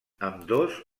ambdós